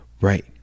Right